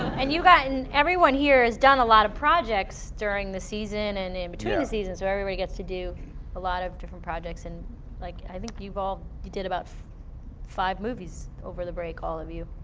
and you guys, and everyone here has done a lot of projects during the season and in between the seasons, so everybody gets to do a lot of different projects. and like, i think you've all did did about five movies over the break, all of you.